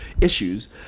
issues